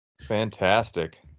Fantastic